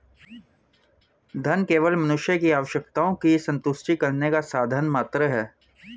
धन केवल मनुष्य की आवश्यकताओं की संतुष्टि करने का साधन मात्र है